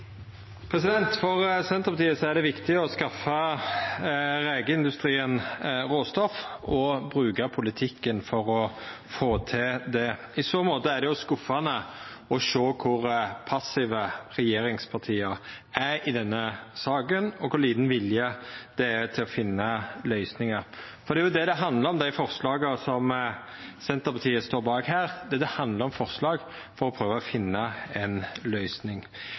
For Senterpartiet er det viktig å skaffa rekeindustrien råstoff og bruka politikken for å få til det. I så måte er det skuffande å sjå kor passive regjeringspartia er i denne saka, og kor liten vilje det er til å finna løysingar. For det er jo det dei handlar om, forslaga som Senterpartiet står bak. Det handlar om forslag for å prøva å finna ei løysing.